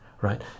right